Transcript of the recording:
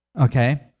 okay